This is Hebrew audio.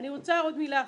אני רוצה עוד מילה אחרונה: